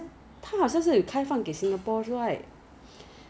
ah 我不知道 lah 因为我以前我不是喝 but